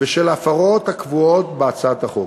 בשל הפרות הקבועות בהצעת החוק.